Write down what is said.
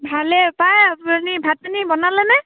ভালে পাই আপুনি ভাত পানী বনালে নে